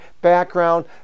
background